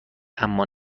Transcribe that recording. اما